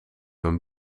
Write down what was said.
een